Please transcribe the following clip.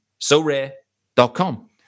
SoRare.com